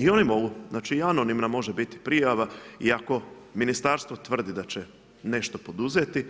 I oni mogu, znači anonimno može biti prijava iako Ministarstvo tvrdi da će nešto poduzeti,